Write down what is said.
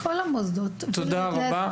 תודה רבה.